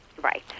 Right